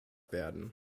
werden